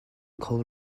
kho